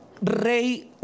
rey